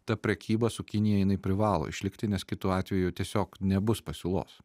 ta prekyba su kinija jinai privalo išlikti nes kitu atveju tiesiog nebus pasiūlos